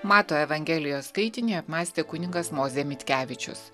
mato evangelijos skaitinį apmąstė kunigas mozė mitkevičius